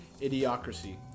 Idiocracy